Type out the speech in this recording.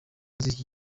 z’iki